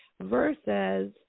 versus